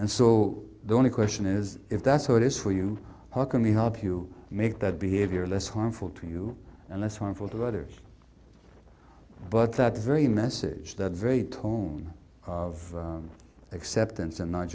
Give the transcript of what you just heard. and so the only question is if that's how it is for you how can we help you make that behavior less harmful to you and less harmful to others but that very message that very tone of acceptance and not